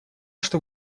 что